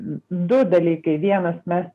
du dalykai vienas mes